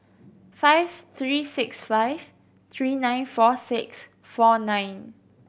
five three six five three nine four six four nine